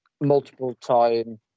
multiple-time